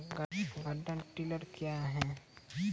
Garden tiller क्या हैं?